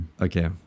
Okay